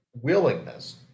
willingness